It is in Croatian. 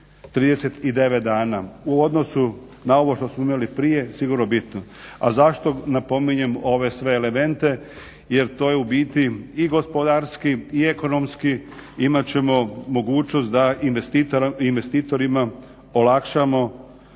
39 dana u odnosu na ovo što smo imali prije sigurno bitno. A zašto napominjem ove sve elemente, jer to je u biti i gospodarski i ekonomski imat ćemo mogućnost da investitorima olakšamo